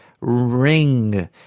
ring